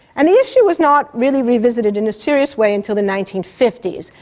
and the issue was not really revisited in a serious way until the nineteen fifty s,